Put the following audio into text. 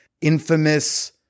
infamous